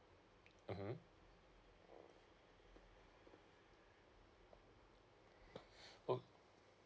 mmhmm oh